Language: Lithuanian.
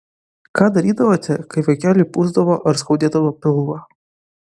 ką darydavote kai vaikeliui pūsdavo ar skaudėdavo pilvą